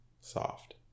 soft